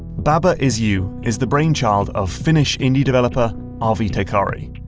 baba is you is the brain-child of finnish indie developer arvi teikari.